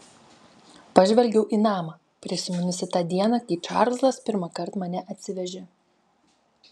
pažvelgiau į namą prisiminusi tą dieną kai čarlzas pirmąkart mane atsivežė